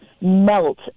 melt